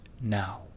now